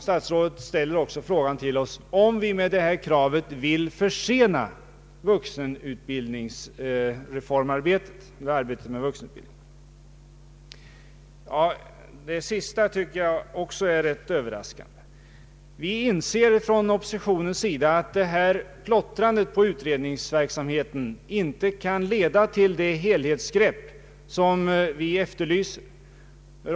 Statsrådet frågar oss också om vi med detta krav vill försena arbetet med reformering av vuxenutbildningen. Även detta tycker jag är rätt överraskande. Vi inser inom oppositionen att plottrandet med utredningsverksamheten på en rad olika områden inte kan leda till det helhetsgrepp som vi efterlyser.